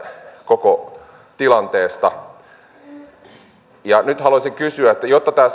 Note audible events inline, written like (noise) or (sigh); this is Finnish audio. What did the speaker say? koko tilanteesta hyvin monimutkaisen ja nyt haluaisin kysyä että jotta tämä (unintelligible)